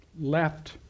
left